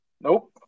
Nope